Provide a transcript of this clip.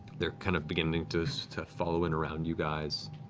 they're kind of beginning to so to follow in around you guys,